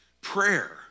Prayer